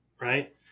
right